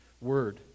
word